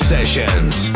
Sessions